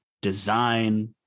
design